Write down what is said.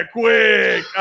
quick